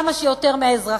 כמה שיותר מהאזרחים,